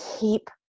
keep